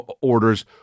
orders